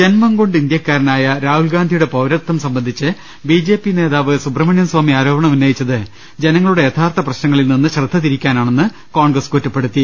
ജന്മം കൊണ്ട് ഇന്ത്യക്കാരനായ രാഹുൽഗാന്ധിയുടെ പൌരത്വം സംബ ന്ധിച്ച് ബി ജെ പി നേതാവ് സുബ്രഹ്മണ്യം സ്വാമി ആരോപണം ഉന്നയിച്ചത് ജനങ്ങ ളുടെ യഥാർത്ഥ പ്രശ്നങ്ങളിൽ നിന്ന് ശ്രദ്ധ തിരിക്കാനാണെന്ന് കോൺഗ്രസ് കുറ്റ പ്പെടുത്തി